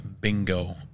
bingo